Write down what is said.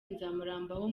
nzamurambaho